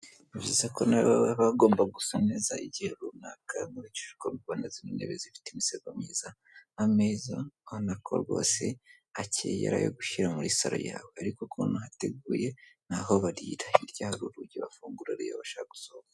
Bivuze ko nabo baba bagomba gusa neza igihe runaka, nkurikije uko mbona zino ntebe zifite imisego myiza ameza ubona ko rwose akeye; ari ayo gushyira muri salo yawe, ariko ukuntu hateguye ni aho barira, hirya hari urugi bafungura iyo basha gusohoka.